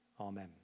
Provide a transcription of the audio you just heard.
Amen